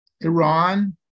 Iran